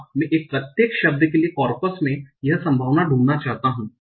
हां मैं प्रत्येक शब्द के लिए कॉर्पस में यह संभावना ढूंढना चाहता हूं